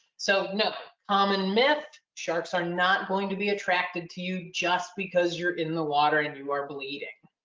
so no, common myth, sharks are not going to be attracted to you just because you're in the water and you are bleeding.